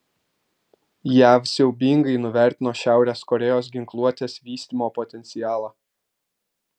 jav siaubingai nuvertino šiaurės korėjos ginkluotės vystymo potencialą